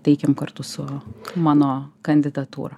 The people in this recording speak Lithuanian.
teikėm kartu su mano kandidatūra